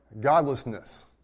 godlessness